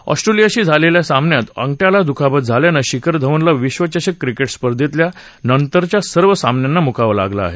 ऑस्ट्रेलियाशी झालेल्या सामन्यात आंगठयाला दुखापत झाल्यानं शिखर धवनला विश्वचषक क्रिकेट स्पर्धेतल्या नंतरच्या सर्व सामन्यांना मुकावं लागलं आहे